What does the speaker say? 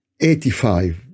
85